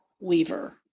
Weaver